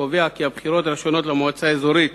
קובע כי הבחירות הראשונות למועצה האזורית,